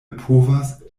povas